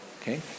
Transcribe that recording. Okay